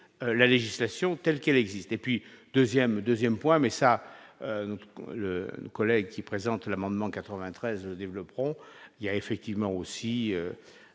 la législation telle qu'elle existe et puis 2ème 2ème point mais ça le collègue qui présente l'amendement 93 développeront il y a effectivement aussi